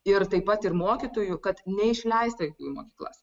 ir taip pat ir mokytojų kad neišleisti vaikų į mokyklas